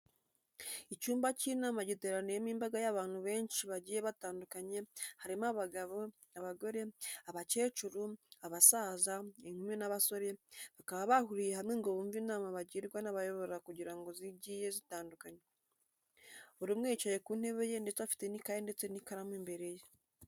Icyumba cy'inama giteraniyemo imbaga y'abantu banshi bagiye batandukanye, harimo abagabo, abagore, abakecuru, abasaza, inkumi n'abasore, bakaba bahuriye hamwe ngo bumve inama bagirwa n'ababayobora ku ngingo zigiye zitandukanye. Buri umwe yicaye ku ntebe ye, ndetse afite n'ikayi ndetse n'ikaramu imbere ye.